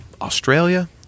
Australia